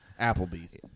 Applebee's